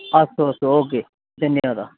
अस्तु अस्तु ओके धन्यवादः